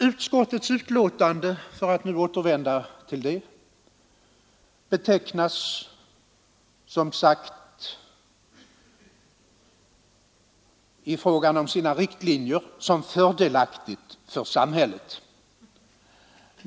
Utskottets betänkande — för att nu återvända till detta — betecknar som sagt fusionen i fråga om sina riktlinjer som fördelaktig för samhället.